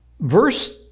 Verse